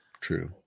True